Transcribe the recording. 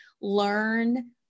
learn